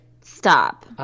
Stop